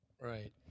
Right